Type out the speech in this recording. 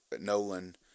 Nolan